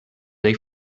they